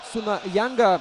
suną jangą